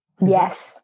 Yes